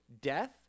death